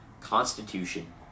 constitution